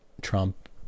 trump